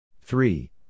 Three